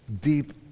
deep